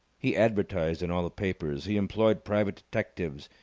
he advertised in all the papers. he employed private detectives.